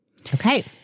Okay